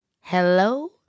Hello